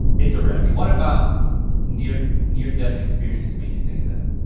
it's a rec. what about near-death near-death experiences made you think of that?